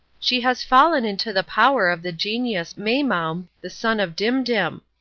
she has fallen into the power of the genius maimoum, the son of dimdim,